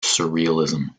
surrealism